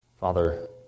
Father